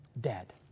dead